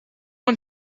and